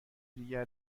دیگر